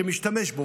שמשתמש בו,